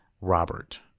robert